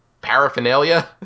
paraphernalia